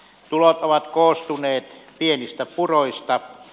tulot ovat koostuneet pienistä puroista